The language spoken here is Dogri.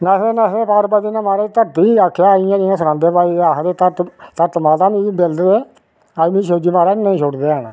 नसदे नसदे पार्बती ने महाराज घरती गी आखेआ हा जियां सनांदे भाई धरत माता मिगी शरन दे नेईं ते शिबजी महाराज मिगी नेईं छोड़दे